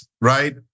Right